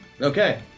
Okay